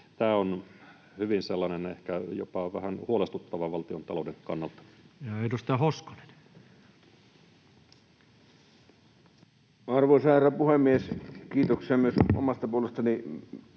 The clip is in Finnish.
Tämä on sellainen ehkä jopa vähän huolestuttava asia valtiontalouden kannalta. Ja edustaja Hoskonen. Arvoisa herra puhemies! Kiitoksia myös omasta puolestani